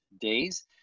days